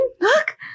Look